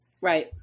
Right